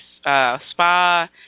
Spa